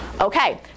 Okay